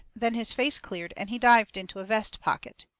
then his face cleared, and he dived into a vest pocket.